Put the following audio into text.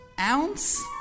ounce